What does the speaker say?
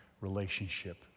relationship